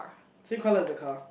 same colour as the car